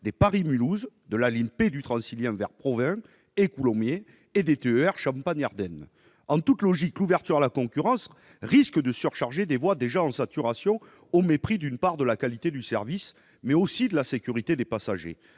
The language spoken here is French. des trains de la ligne P du Transilien vers Provins et Coulommiers et des TER Champagne-Ardenne. En toute logique, l'ouverture à la concurrence risque de surcharger des voies déjà saturées, au mépris de la qualité du service, mais aussi de la sécurité des passagers.